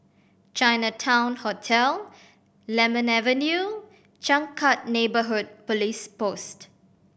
Chinatown Hotel Lemon Avenue Changkat Neighbourhood Police Post